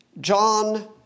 John